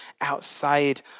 outside